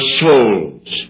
souls